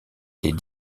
les